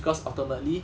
because ultimately